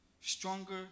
Stronger